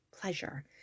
pleasure